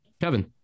Kevin